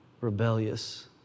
rebellious